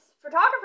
photographer